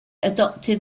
adopted